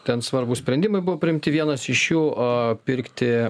ten svarbūs sprendimai buvo priimti vienas iš jų a pirkti